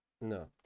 No